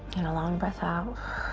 and a long breath out.